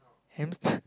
hamster